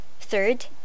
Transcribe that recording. Third